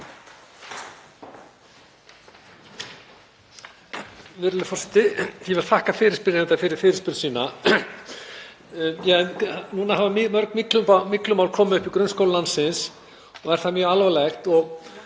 Núna hafa mýmörg myglumál komið upp í grunnskólum landsins og er það mjög alvarlegt. Ég